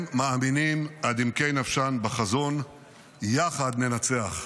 הם מאמינים עד עמקי נפשם בחזון "יחד ננצח".